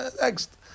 next